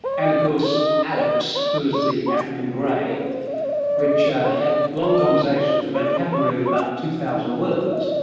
and of course alex who is the african grey which ah had long conversations, a vocabulary of about two thousand words,